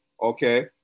okay